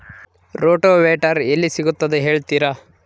Rotavator ಎಲ್ಲಿ ಸಿಗುತ್ತದೆ ಹೇಳ್ತೇರಾ?